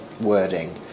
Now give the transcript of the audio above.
wording